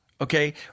Okay